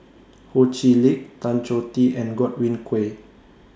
Ho Chee Lick Tan Choh Tee and Godwin Koay